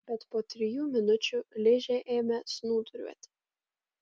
bet po trijų minučių ližė ėmė snūduriuoti